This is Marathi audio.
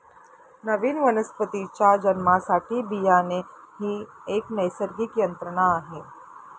नवीन वनस्पतीच्या जन्मासाठी बियाणे ही एक नैसर्गिक यंत्रणा आहे